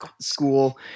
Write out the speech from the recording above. school